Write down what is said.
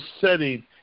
setting